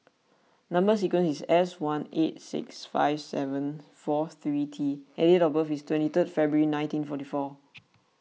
Number Sequence is S one eight six five seven four three T and date of birth is twenty three February nineteen forty four